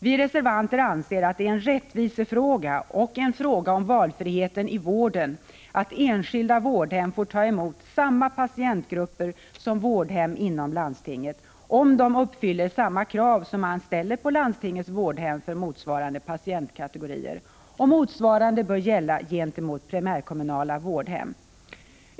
Vi reservanter anser att det är en rättvisefråga och en fråga om valfrihet i vården att enskilda vårdhem får ta emot samma patientgrupper som vårdhem inom landstinget, om de uppfyller samma krav som man ställer på landstingets vårdhem för motsvarande patientkategorier. Detsamma bör gälla gentemot primärkommunala vårdhem.